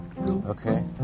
Okay